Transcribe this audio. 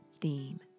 theme